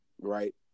Right